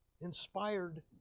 inspired